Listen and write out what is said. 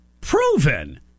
proven